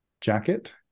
jacket